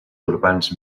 urbans